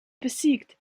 besiegt